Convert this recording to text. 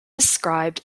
described